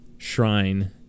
Shrine